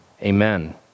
Amen